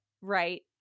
Right